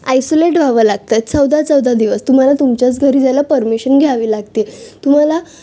isolate रहावं लागतं चौदा चौदा दिवस तुम्हाला तुमच्याच घरी जायला परमिशन घ्यावी लागते तुम्हाला